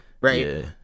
right